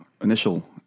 initial